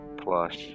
plus